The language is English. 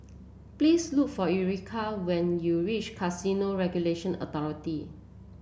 please look for Erika when you reach Casino Regulatory Authority